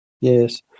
Yes